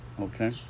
okay